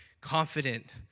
confident